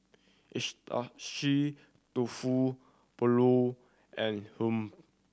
dofu Pulao and Hummu